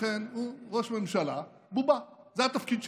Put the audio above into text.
לכן הוא ראש ממשלה בובה, זה התפקיד שלו.